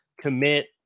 commit